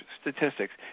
statistics